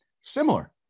similar